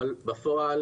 אבל בפועל